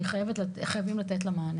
חייבים לתת מענה